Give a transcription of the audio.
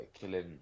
killing